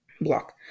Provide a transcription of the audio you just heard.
Block